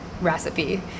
recipe